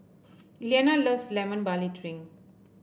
Elianna loves Lemon Barley Drink